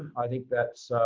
i think that's